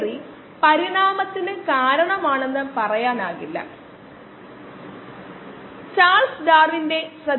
1 ശതമാനമായി കുറയ്ക്കാൻ എത്ര സമയമെടുക്കും